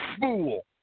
fool